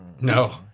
No